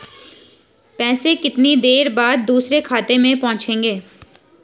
पैसे कितनी देर बाद दूसरे खाते में पहुंचेंगे?